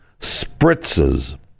spritzes